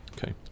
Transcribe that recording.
Okay